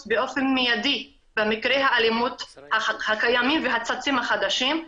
באופן מיידי למקרי האלימות הקיימים והצצים החדשים.